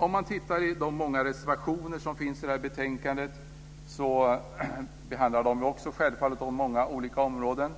Om man tittar på de många reservationer som finns i detta betänkande så behandlar de självfallet många olika områden.